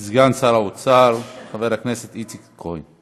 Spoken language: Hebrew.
סגן שר האוצר, חבר הכנסת איציק כהן.